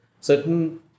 certain